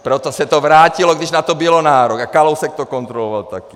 Proto se to vrátilo, když na to byl nárok, a Kalousek to kontroloval taky.